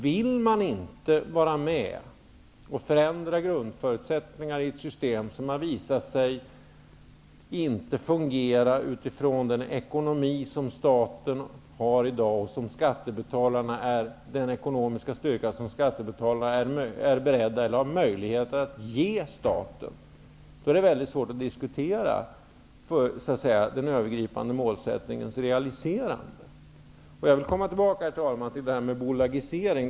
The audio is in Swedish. Vill man inte vara med och förändra grundförutsättningarna i ett system som har visat sig inte fungera utifrån den ekonomi som staten i dag har och utifrån den ekonomiska styrka som skattebetalarna har möjlighet att ge staten, är det väldigt svårt att diskutera den övergripande målsättningens realiserande. Jag vill, herr talman, komma tillbaka till det här med bolagisering.